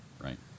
Right